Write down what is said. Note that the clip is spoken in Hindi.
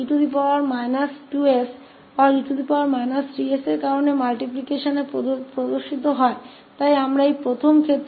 तो वही बात लेकिन यहाँ बदलाव अलग है और यहाँ हमारे पास s22 है